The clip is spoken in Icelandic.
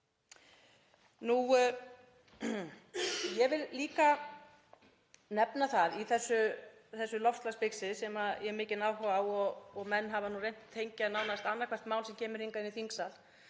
Ég vil líka nefna það í þessu loftslagsbixi sem ég hef mikinn áhuga á — og menn hafa reynt að tengja nánast annað hvert mál sem kemur hingað inn í þingsal